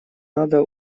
надо